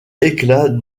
éclats